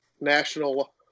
national